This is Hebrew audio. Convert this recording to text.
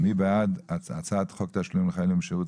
מי בעד הצעת חוק תשלום לחיילים בשירות